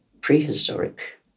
prehistoric